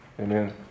Amen